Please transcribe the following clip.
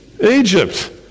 Egypt